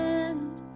end